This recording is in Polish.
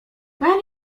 pan